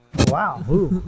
Wow